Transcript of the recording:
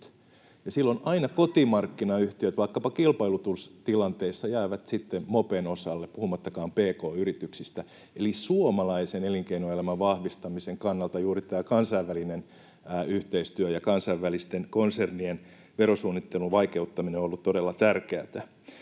silloin aina kotimarkkinayhtiöt vaikkapa kilpailutustilanteessa jäävät sitten mopen osalle puhumattakaan pk-yrityksistä. Eli suomalaisen elinkeinoelämän vahvistamisen kannalta juuri kansainvälinen yhteistyö ja kansainvälisten konsernien verosuunnittelun vaikeuttaminen on ollut todella tärkeätä.